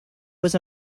was